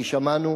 כי שמענו